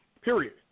Period